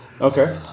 Okay